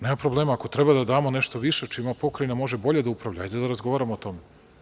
Nema problema, ako treba da damo nešto više čime Pokrajina može bolje da upravlja, hajde da razgovaramo o tome.